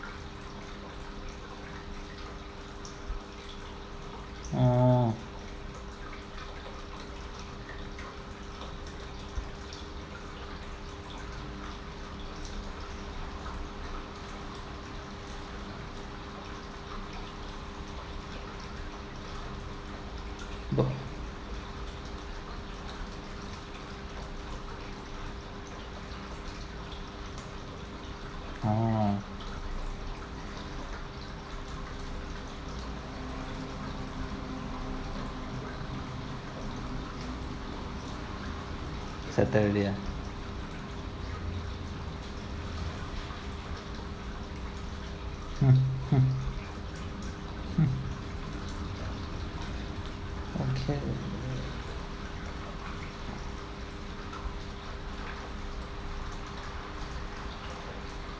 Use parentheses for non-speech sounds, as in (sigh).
oh oh settle already ah (laughs) okay